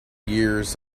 years